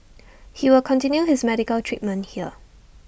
he will continue his medical treatment here